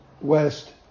west